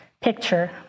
picture